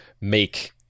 make